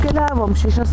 keliavom šešias